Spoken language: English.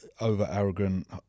over-arrogant